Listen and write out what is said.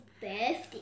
birthday